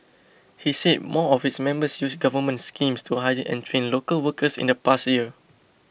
he said more of its members used government schemes to hire and train local workers in the past year